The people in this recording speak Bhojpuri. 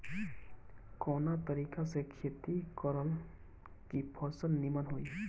कवना तरीका से खेती करल की फसल नीमन होई?